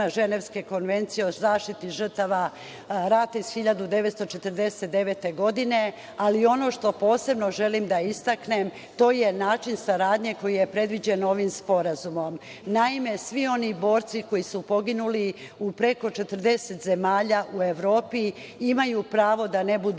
Ženevske konvencije o zaštiti žrtava rata iz 1949. godine, ali ono što posebno želim da istaknem, to je način saradnje koji je predviđen ovim sporazumom. Naime, svi oni borci koji su poginuli u preko 40 zemalja u Evropi imaju pravo da ne budu